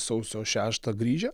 sausio šeštą grįžę